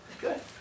Good